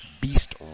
beast